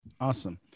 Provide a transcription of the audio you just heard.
Awesome